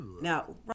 Now